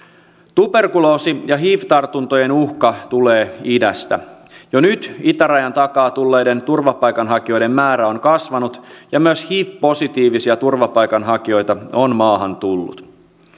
tuberkuloosi ja hiv tartuntojen uhka tulee idästä jo nyt itärajan takaa tulleiden turvapaikanhakijoiden määrä on kasvanut ja myös hiv positiivisia turvapaikanhakijoita on maahan tullut